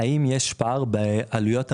האם יש פער בעלויות המימון,